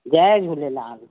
Jay Jhulelal